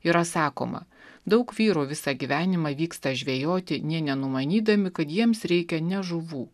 yra sakoma daug vyrų visą gyvenimą vyksta žvejoti nė nenumanydami kad jiems reikia ne žuvų